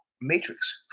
Matrix